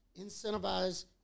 incentivize